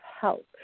help